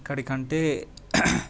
ఇక్కడి కంటే